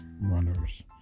runners